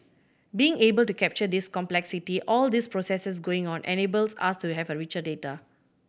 being able to capture this complexity all these processes going on enables us to have richer data